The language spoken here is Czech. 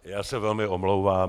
Já se velmi omlouvám.